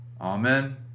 Amen